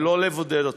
ולא לבודד אותם.